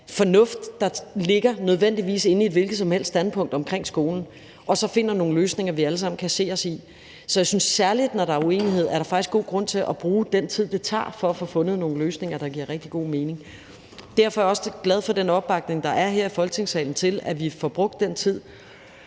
fornuft, der nødvendigvis ligger inde i et hvilket som helst standpunkt omkring skolen, og så finder frem til nogle løsninger, vi alle sammen kan se os i. Så jeg synes, at særlig når der er uenighed, er der faktisk god grund til at bruge den tid, det tager at finde nogle løsninger, der giver rigtig god mening. Derfor er jeg også glad for den opbakning, der er her i Folketingssalen, til, at vi får brugt den tid.